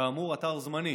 כאמור, זה אתר זמני.